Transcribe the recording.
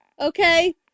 Okay